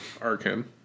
Arkin